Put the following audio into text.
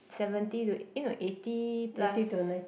seventy to eh no eighty plus